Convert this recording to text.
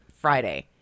Friday